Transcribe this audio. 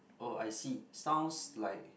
oh I see sounds like